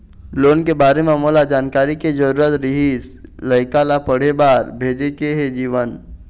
loan के बारे म मोला जानकारी के जरूरत रीहिस, लइका ला पढ़े बार भेजे के हे जीवन